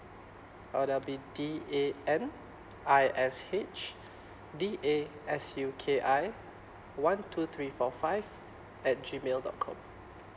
oh that'll be D A N I S H D A S U K I one two three four five at G mail dot com